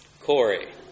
Corey